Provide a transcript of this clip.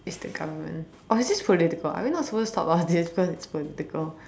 it's the government or is this political are we not supposed to talk about this cause it's political